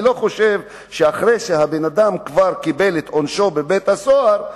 אני לא חושב שאחרי שבן-אדם קיבל כבר את עונשו בבית-הסוהר,